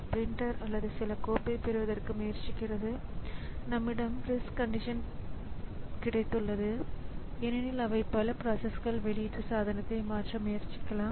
CPU சில கோரிக்கைகளை memory லொகேஷனின் உள்ளடக்கத்திற்காக அனுப்பும்போது இப்பொழுது இரண்டு ஸிபியுக்கள் 2 மெமரி லொகேஷன்களின் உள்ளடக்கத்திற்கு கோரிக்கை வைக்கலாம்